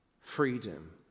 freedom